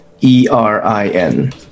E-R-I-N